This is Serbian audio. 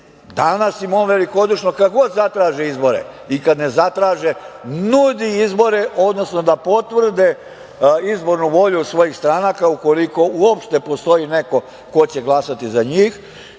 imamo velikodušno, kada god zatraže izbore i kada ne zatraže, nudi izbore, odnosno da potvrde izbornu volju svojih stranaka, ukoliko uopšte postoji neko ko će glasati za njih